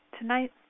Tonight